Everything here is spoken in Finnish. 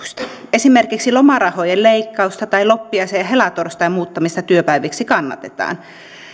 esimerkiksi lomarahojen leikkausta tai loppiaisen ja helatorstain muuttamista työpäiviksi kannatetaan